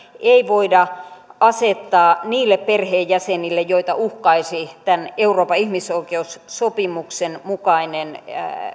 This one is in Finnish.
ei voida asettaa niille perheenjäsenille joita uhkaisi tämän euroopan ihmisoikeussopimuksen mukainen